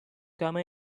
come